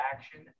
action